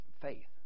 faith